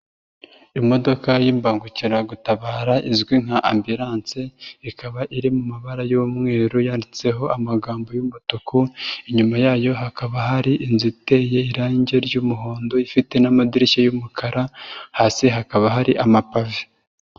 Imodoka y'ibangukiragutabara izwi nka ambilanse ikaba iri mu mabara y'umweru yanditseho amagambo y'umutuku, inyuma yayo hakaba hari inzu iteye irangi ry'umuhondo ifite n'amadirishya y'umukara, hasi hakaba hari amapave.